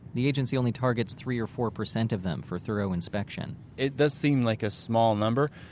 the agency only targets three or four percent of them for thorough inspection it does seem like a small number.